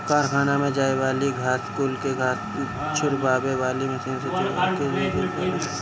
कारखाना में जाए वाली घास कुल के घास झुरवावे वाली मशीन से झुरवा के भेजल जाला